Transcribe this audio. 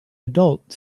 adult